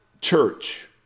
church